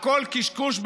הכול קשקוש בלבוש.